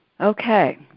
Okay